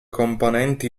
componenti